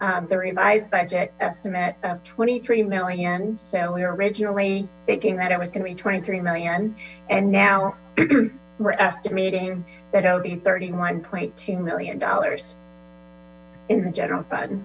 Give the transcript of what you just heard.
from the revised budget estimate of twenty three million so we originally thinking that i was going to be twenty three million and now we're estimating that i'll be thirty one point two million dollars in the general